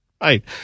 Right